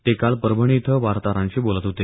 ते काल परभणी इथं वार्ताहरांशी बोलत होते